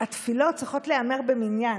התפילות צריכות להיאמר במניין,